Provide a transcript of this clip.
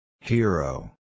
Hero